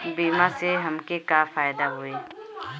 बीमा से हमके का फायदा होई?